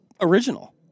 original